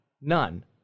none